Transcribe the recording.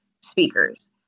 speakers